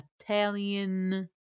Italian